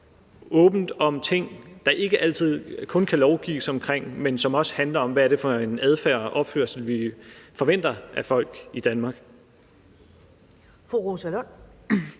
åbent om ting, der ikke altid kun kan lovgives om, men som også handler om, hvad det er for en adfærd og opførsel, vi forventer af folk i Danmark.